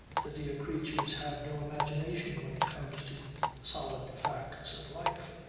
the dear creatures have no imagination when it comes to solid facts of life.